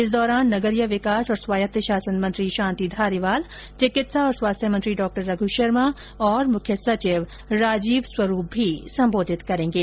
इस दौरान नगरीय विकास और स्वायत्त शासन मंत्री शांति धारीवाल चिकित्सा और स्वास्थ्य मंत्री डॉ रघ् शर्मा तथा मुख्य सचिव राजीव स्वरूप भी सम्बोधित करेंगे